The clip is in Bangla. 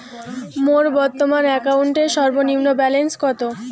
মোর বর্তমান অ্যাকাউন্টের সর্বনিম্ন ব্যালেন্স কত?